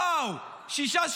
וואו, שישה שקלים,